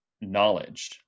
knowledge